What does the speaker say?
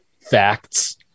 facts